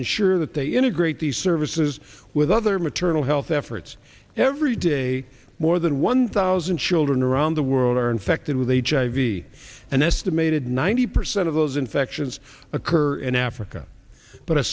ensure that they integrate these services with other maternal health efforts every day more than one thousand children around the world are infected with hiv an estimated ninety percent of those infections occur in africa but a